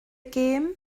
gêm